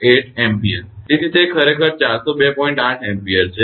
8 ampere છે